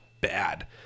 bad